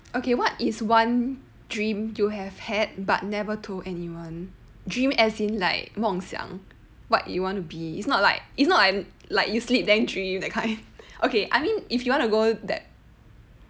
okay what is one dream you have had but never to anyone dream as in like 梦想 what you want to be it's not like it's not like you sleep then dream that kind okay I mean if you want to go that